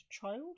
child